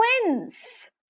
twins